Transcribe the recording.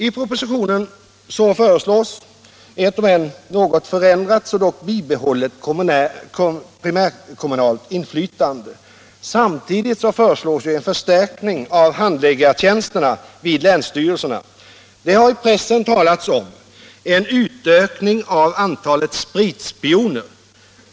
I propositionen föreslås ett om än något förändrat så dock bibehållet primärkommunalt inflytande. Samtidigt föreslås en förstärkning av handläggartjänsterna vid länsstyrelserna. Det har i?pressen talats om en utökning av antalet spritspioner.